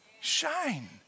Shine